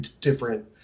different